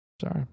Sorry